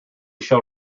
shall